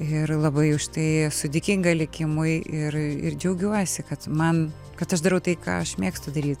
ir labai už tai esu dėkinga likimui ir ir džiaugiuosi kad man kad aš darau tai ką aš mėgstu daryt